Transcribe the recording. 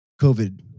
COVID